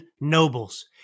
nobles